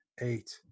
Eight